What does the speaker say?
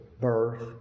birth